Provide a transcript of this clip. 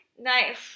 Nice